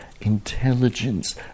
intelligence